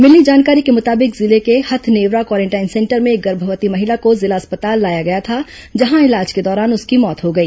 मिली जानकारी के मुताबिक जिले के हथनेवरा क्वारेंटाइन सेंटर में एक गर्भवती महिला को जिला अस्पताल लाया गया था जहां इलाज के दौरान उसकी मौत हो गई